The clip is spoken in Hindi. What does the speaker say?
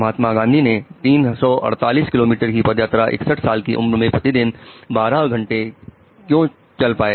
महात्मा गांधी ने 348 किलोमीटर की पदयात्रा 61 साल की उम्र में प्रतिदिन 12 घंटे क्यों चल पाए